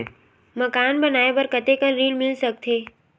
मकान बनाये बर कतेकन ऋण मिल सकथे?